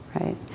right